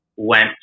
went